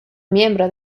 miembro